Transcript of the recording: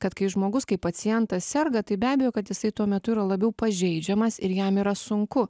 kad kai žmogus kai pacientas serga tai be abejo kad jisai tuo metu yra labiau pažeidžiamas ir jam yra sunku